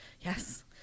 Yes